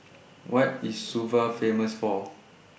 What IS Suva Famous For